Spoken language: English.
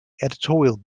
editorial